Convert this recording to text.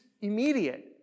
immediate